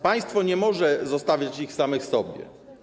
Państwo nie może zostawić ich samych sobie.